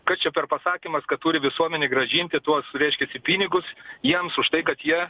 kas čia per pasakymas kad turi visuomenė grąžinti tuo reiškiasi pinigus jiems už tai kad jie